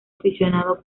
aficionado